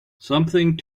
something